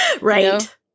Right